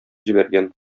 җибәргән